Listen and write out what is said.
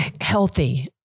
healthy